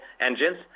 engines